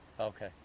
okay